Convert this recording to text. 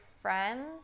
friends